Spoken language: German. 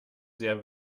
sehr